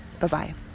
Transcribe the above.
Bye-bye